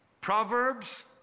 Proverbs